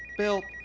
bill.